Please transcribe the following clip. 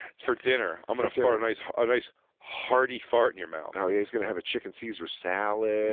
for dinner. i'm gonna fart a nice a nice hearty fart in your mouth. hell yeah, he's gonna have a chicken caesar salad.